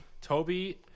Toby